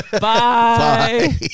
Bye